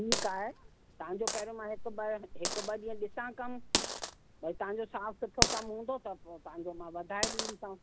ठीकु आहे तव्हांजो पहिरियों मां हिक ॿ हिक ॿ ॾींह ॾिसां कम भई तव्हांजो साफ़ सुठो कम हूंदो त पोइ तव्हांजो मां वधाए ॾींदीसांव